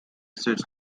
states